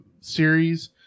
series